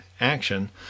action